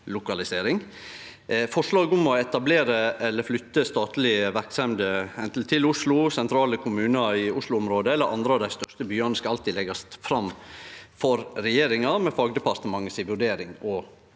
Forslag om å etablere eller flytte statlege verksemder anten til Oslo, sentrale kommunar i Oslo-området eller andre av dei største byane skal alltid leggjast fram for regjeringa med fagdepartementet si vurdering og